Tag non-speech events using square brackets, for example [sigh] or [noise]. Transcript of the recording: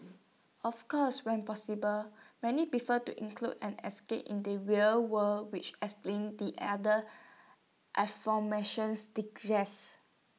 of course when possible many prefer to include an escape in the real world which explains the other [unintelligible] distresses